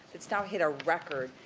it's now hit a record,